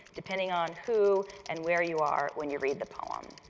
depending on who and where you are when you read the poem.